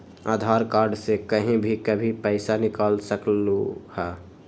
आधार card से कहीं भी कभी पईसा निकाल सकलहु ह?